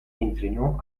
entrenó